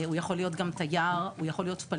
הוא יכול להיות גם תייר, גם פליט.